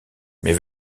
mes